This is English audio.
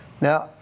Now